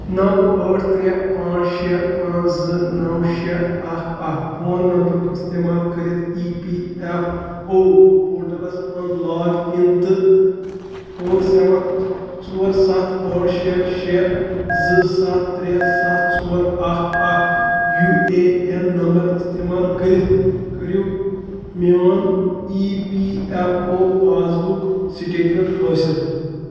نَو ٲٹھ ترٛےٚ پانٛژھ شےٚ پانٛژھ زٕ نَو شےٚ اکھ اکھ فون نمبرُک استعمال کٔرِتھ E P F O portals مَنٛز لاگ اِن تہٕ فور سٮ۪وَن ژور سَتھ ٲٹھ شےٚ شےٚ زٕ سَتھ ترٛےٚ سَتھ ژور اکھ اکھ یوٗ اے اٮ۪ن نمبر استعمال کٔرِتھ کٔرِو میون E P F O passbook statement حٲصِل